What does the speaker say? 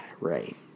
Right